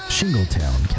Shingletown